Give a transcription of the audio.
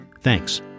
Thanks